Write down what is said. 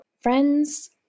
Friends